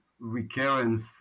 recurrence